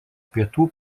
pietų